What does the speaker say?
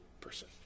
person